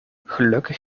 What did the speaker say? gelukkig